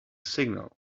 signal